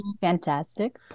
fantastic